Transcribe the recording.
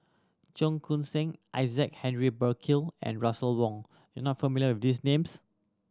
Cheong Koon Seng Isaac Henry Burkill and Russel Wong you are not familiar with these names